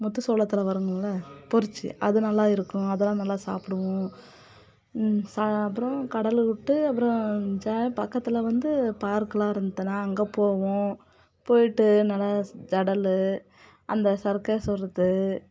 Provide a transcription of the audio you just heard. முத்து சோளத்துல வருமுல்ல பொரிச்சு அது நல்லா இருக்கும் அதெல்லாம் நல்லா சாப்பிடுவோம் ச அப்புறம் கடல் விட்டு அப்புறம் ஜெ பக்கத்தில் வந்து பார்க்கு எல்லாம் இருந்ததுன்னா அங்கே போவோம் போயிவிட்டு நல்லா ஜடல் அந்த சர்க்கஸ் விட்றது